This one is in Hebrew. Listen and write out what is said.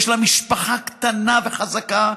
ש לה משפחה קטנה וחזקה,